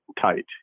tight